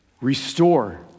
Restore